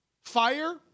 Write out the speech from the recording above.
fire